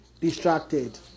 distracted